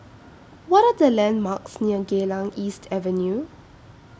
What Are The landmarks near Geylang East Avenue